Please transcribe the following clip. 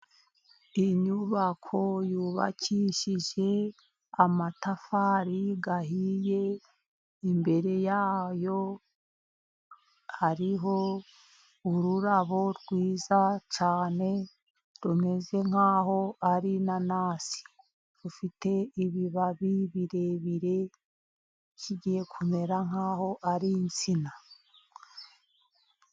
Inyubako yubakishije amatafari ahiye. Imbere yayo hariho ururabo rwiza cyane rumeze nk'aho ari inanasi. Rufite ibibabi birebire bigiye kumera nk'aho ari insina.